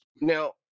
Now